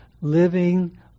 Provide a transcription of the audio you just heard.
living